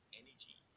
energy